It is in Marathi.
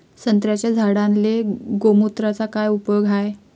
संत्र्याच्या झाडांले गोमूत्राचा काय उपयोग हाये?